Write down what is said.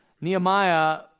Nehemiah